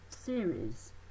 series